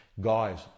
Guys